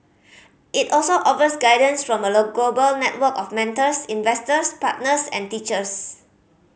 it also offers guidance from a global network of mentors investors partners and teachers